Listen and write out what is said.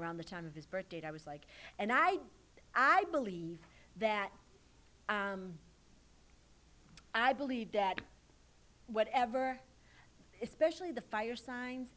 around the time of his birth date i was like and i ad believe that i believe that whatever especially the fire signs